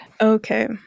Okay